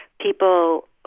People